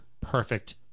perfect